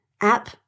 app